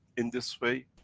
in this way,